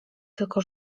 tylko